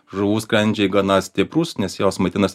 žuvų skandžiai gana stiprūs nes jos maitinas